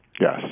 Yes